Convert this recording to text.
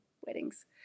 weddings